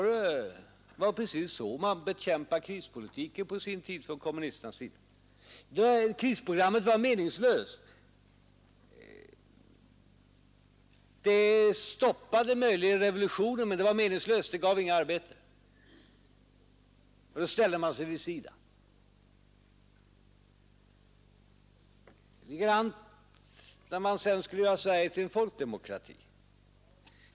Det var precis så man bekämpade krispolitiken på sin tid från kommunisternas sida. Det stoppade möjligen revolutionen, men det var meningslöst, det gav inget arbete — och då ställde man sig vid sidan om. Likadant var det när man sedan skulle göra Sverige till en folkdemokrati.